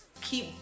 keep